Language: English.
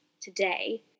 today